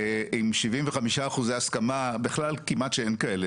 עם 75 אחוזי הסכמה, בכלל כמעט שאין כאלה.